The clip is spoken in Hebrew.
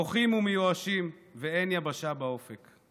בוכים ומיואשים, ואין יבשה באופק.